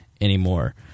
anymore